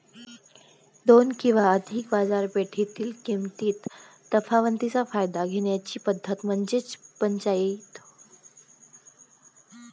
दोन किंवा अधिक बाजारपेठेतील किमतीतील तफावतीचा फायदा घेण्याची पद्धत म्हणजे पंचाईत